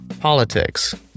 Politics